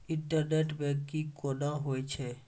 Internet banking कोना होय छै?